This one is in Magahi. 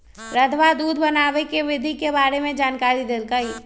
रधवा दूध बनावे के विधि के बारे में जानकारी देलकई